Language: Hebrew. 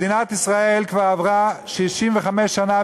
מדינת ישראל כבר עברה 65 שנה,